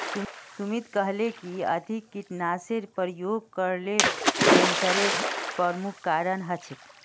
सुमित कहले कि अधिक कीटनाशेर प्रयोग करले कैंसरेर प्रमुख कारण हछेक